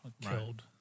killed